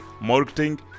marketing